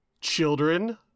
Children